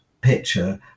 picture